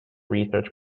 research